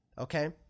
okay